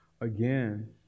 again